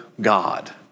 God